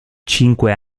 cinque